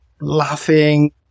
laughing